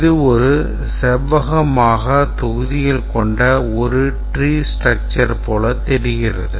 இது ஒரு செவ்வகமாக தொகுதிகள் கொண்ட ஒரு tree structure போல் தெரிகிறது